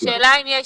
כשמחליטים שהולכים